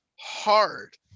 hard